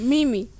Mimi